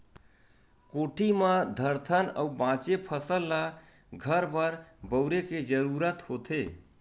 कोठी म धरथन अउ बाचे फसल ल घर बर बउरे के जरूरत होथे